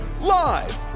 live